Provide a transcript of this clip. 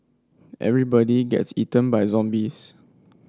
everybody gets eaten by zombies